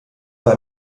war